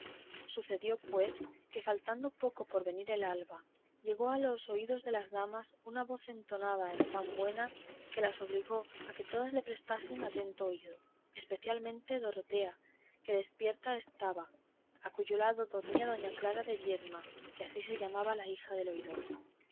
sucedió pues que faltando poco por venir el alba llegó a los oídos de las damas una voz tan entonada y tan buena que les obligó a que todas le prestasen atento oído especialmente dorotea que despierta estaba a cuyo lado dormía doña clara de viedma que ansí se llamaba la hija del oidor